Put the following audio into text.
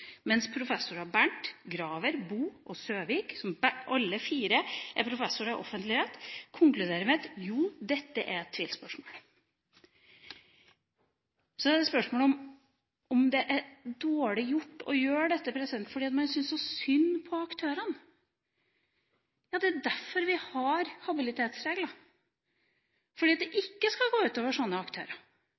mens professorene Bernt, Graver, Boe og Søvik, som alle fire er professorer i offentlig rett, konkluderer med at dette er et tvilsspørsmål. Så er det spørsmål om det er dårlig gjort å gjøre dette, for man syns så synd på aktørene. Det er jo derfor vi har habilitetsregler – for at det ikke skal gå ut over sånne aktører.